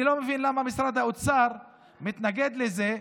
אני לא מבין למה משרד האוצר מתנגד לזה.